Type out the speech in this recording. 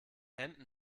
händen